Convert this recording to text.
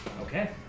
Okay